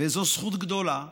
וזו זכות גדולה.